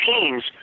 teams